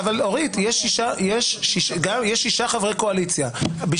יש שישה חברי קואליציה.